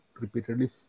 repeatedly